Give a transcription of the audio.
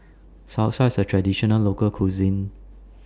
Salsa IS A Traditional Local Cuisine